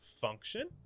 function